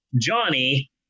Johnny